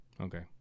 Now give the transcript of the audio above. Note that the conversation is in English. Okay